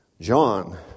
John